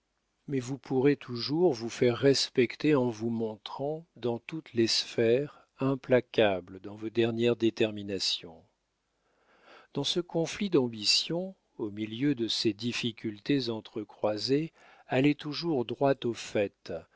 mais vous pouvez toujours vous faire respecter en vous montrant dans toutes les sphères implacable dans vos dernières déterminations dans ce conflit d'ambitions au milieu de ces difficultés entrecroisées allez toujours droit au fait